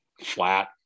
flat